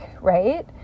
right